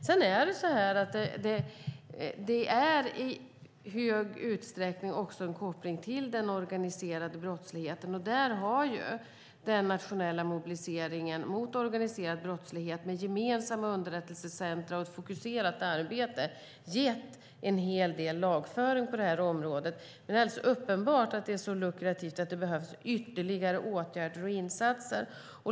Sedan är det så att det i hög utsträckning också är en koppling till den organiserade brottsligheten, och där har den nationella mobiliseringen mot organiserad brottslighet med gemensamma underrättelsecentrum och ett fokuserat arbete gett en hel del lagföring på detta område. Det är dock alldeles uppenbart att det är så lukrativt att det behövs ytterligare åtgärder och insatser.